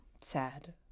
sad